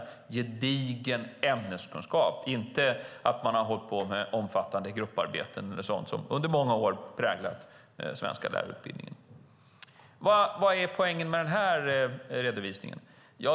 Det handlar om gedigen ämneskunskap och inte att man har hållit på med omfattande grupparbeten eller sådant som under många år präglat den svenska lärarutbildningen. Vad är poängen med den här redovisningen?